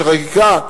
שחקיקה,